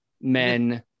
men